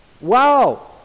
Wow